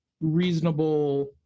reasonable